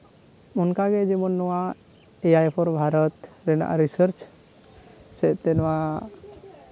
ᱚᱱᱠᱟᱜᱮ ᱡᱮᱢᱚᱱ ᱱᱚᱣᱟ ᱮᱭᱟᱭ ᱯᱷᱳᱨ ᱵᱷᱟᱨᱚᱛ ᱨᱮᱱᱟᱜ ᱨᱤᱥᱟᱨᱪ ᱥᱮᱫ ᱛᱮ ᱱᱚᱣᱟ